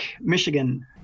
Michigan